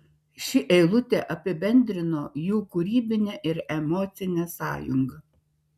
ši eilutė apibendrino jų kūrybinę ir emocinę sąjungą